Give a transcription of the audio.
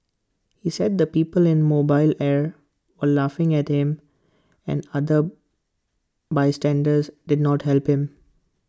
he said that the people in mobile air were laughing at him and other bystanders did not help him